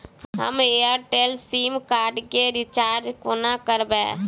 हम Airtel sim card केँ recharge कोना करबै?